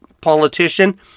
Politician